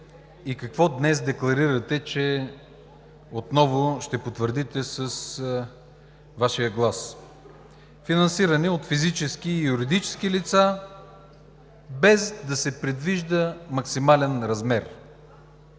и какво днес декларирате, че отново ще потвърдите с Вашия глас? Финансиране от физически и юридически лица, без да се предвижда максимален размер,